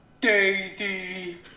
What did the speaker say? Daisy